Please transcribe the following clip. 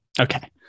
Okay